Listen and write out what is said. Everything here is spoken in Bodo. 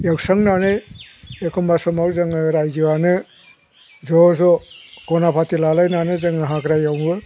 एवस्रांनानै एखमब्ला समाव जोङो रायजोआनो ज'ज' गनाफाथि लालायनानै जोङो हाग्रा एवो